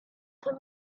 and